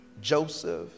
Joseph